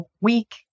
week